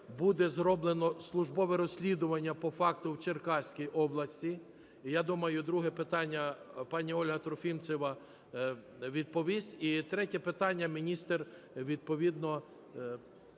буде зроблено службове розслідування по факту в Черкаській області. І, я думаю, друге питання пані Ольга Трофімцева відповість. І третє питання міністр, відповідно…